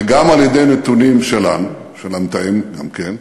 וגם על-ידי נתונים שלנו, של המתאם, גם כן,